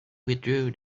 withdrew